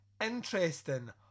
interesting